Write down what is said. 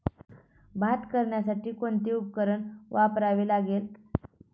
भात लावण्यासाठी कोणते उपकरण वापरावे लागेल?